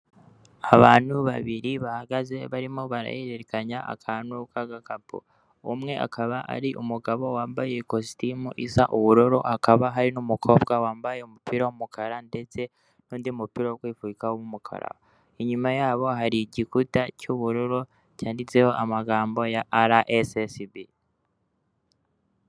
Abantu babiri bahagaze barimo barahererekanya akantu k'agakapu, umwe akaba ari umugabo wambaye ikositimu isa ubururu hakaba hari n'umukobwa wambaye umupira w'umukara ndetse n'undi mupira wo kwifubika w'umukara, inyuma yabo hari igikuta cy'ubururu cyanditseho amagambo ya araesesibi.